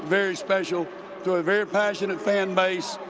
very special for a very passionate fan base.